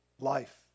life